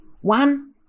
One